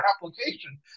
application